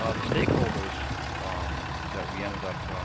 ah the stakeholders that we ended up